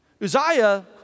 Uzziah